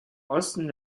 osten